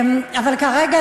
אבל כרגע,